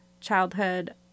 childhood